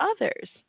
others